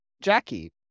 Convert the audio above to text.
Jackie